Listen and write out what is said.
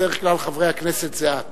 בדרך כלל חברי הכנסת זה את,